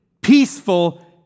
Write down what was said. peaceful